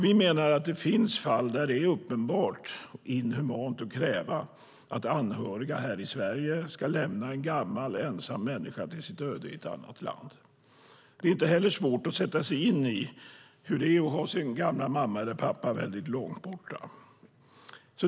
Vi menar att det finns fall där det är uppenbart inhumant att kräva att anhöriga här i Sverige ska lämna en gammal ensam människa till sitt öde i ett annat land. Det är inte heller svårt att sätta sig in i hur det är att ha sin gamla mamma eller pappa långt borta.